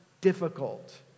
difficult